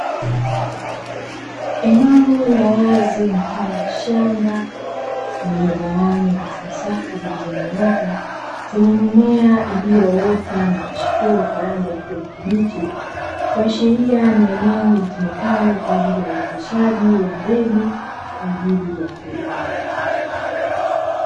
Eneo la wazi mfano wa shamba lililogawanywa katika safu zilizonyooka zenye mimea iliyoota na kuchepua kwa rangi ya kijani kibichi, kuashiria ni eneo litumekaa leo kwa ajili ya woteshaji wa mbegu kwa ajili ya kilimo.